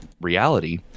reality